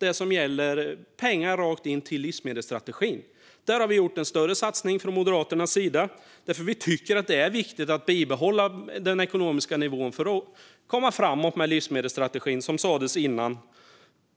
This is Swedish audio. Det gäller pengar rakt in till livsmedelsstrategin. Där har vi gjort en större satsning från Moderaternas sida. Vi tycker att det är viktigt att bibehålla den ekonomiska nivån för att komma framåt med livsmedelsstrategin. Som sagts tidigare är